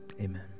Amen